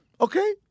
okay